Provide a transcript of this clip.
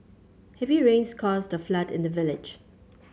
heavy rains caused the flood in the village